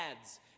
ads